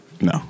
No